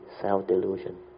self-delusion